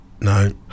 No